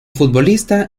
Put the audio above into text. futbolista